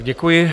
Děkuji.